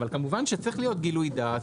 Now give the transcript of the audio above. אבל כמובן שצריך להיות גילוי דעת,